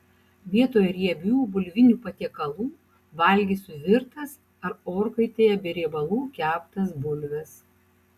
vietoj riebių bulvinių patiekalų valgysiu virtas ar orkaitėje be riebalų keptas bulves